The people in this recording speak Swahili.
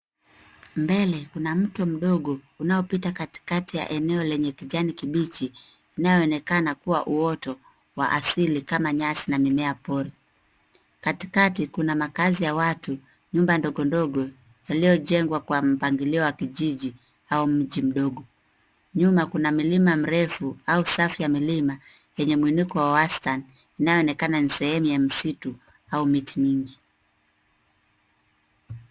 Mbele kuna mto mdogo unaopita katikati ya eneo lenye kijani kibichi inayoonekana kuwa uoto wa asili kama nyasi na mimea pori. Katikati kuna makazi ya watu, nyumba ndogondogo yaliyojengwa kwa mpangilio wa kijiji au mji mdogo. Nyuma kuna milima mrefu au safu ya milima yenye mwinuko wa wastani inayoonekana ni sehemu ya misitu au miti mingi.